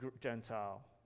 Gentile